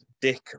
Dick